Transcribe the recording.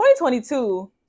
2022